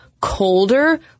colder